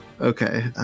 Okay